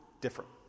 different